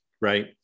Right